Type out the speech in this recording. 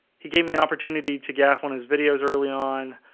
he gave me an opportunity to gap on his videos early on